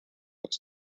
was